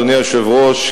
אדוני היושב-ראש,